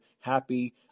happy